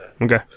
Okay